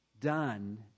done